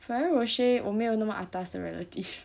Ferrero Rocher 我没有那么 atas 的 relative